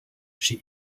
chez